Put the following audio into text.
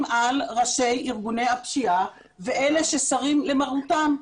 על ראשי ארגוני הפשיעה ואלה שסרים למרותם,